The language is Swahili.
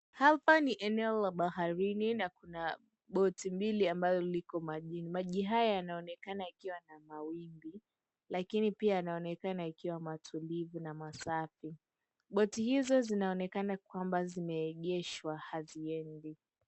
Hapa ni eneo la baharini na kuna boti mbili ambalo liko majini. Maji haya yanaonekana yakiwa na mawimbi lakini pia yanaonekana yakiwa matulivu na masafi. Boti hizo zinaonekana kwamba zimeegeshwa haziendi.